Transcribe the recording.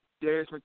Darius